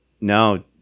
No